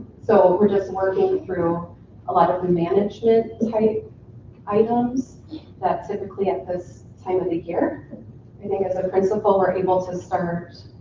so we're just working through a lot of the management type items but typically at this time of the year i think as a principal we're able to start